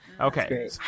Okay